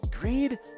greed